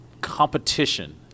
competition